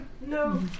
no